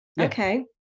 Okay